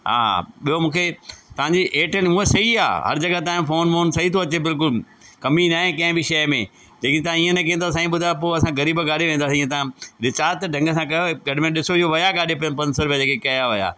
हां ॿियो मूंखे तव्हांजी एयरटेल हूअं सही आहे हर जगह तव्हांजो फ़ोन वोन सही थो अचे बिल्कुलु कमी न आहे कंहिं बि शइ में जॾहिं तव्हां ईअं न कींदव साईं ॿुधायो पोइ असां ग़रीब काॾे वेंदासीं ईअं तव्हां रिचार्ज त ढंग सां कयो घटि में ॾिसो इहो विया काॾे पे पंज सौ रुपिया जेके कया हुया